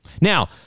now